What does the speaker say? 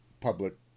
public